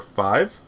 five